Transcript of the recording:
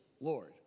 Lord